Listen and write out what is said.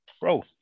bro